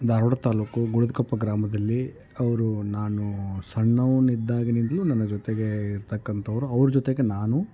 ಧಾರ್ವಾಡ ತಾಲ್ಲೂಕು ಗುಳದಕೊಪ್ಪ ಗ್ರಾಮದಲ್ಲಿ ಅವರು ನಾನು ಸಣ್ಣವ್ನಿದ್ದಾಗನಿಂದ್ಲೂ ನನ್ನ ಜೊತೆಗೆ ಇರತಕ್ಕಂಥವ್ರು ಅವ್ರ ಜೊತೆಗೆ ನಾನು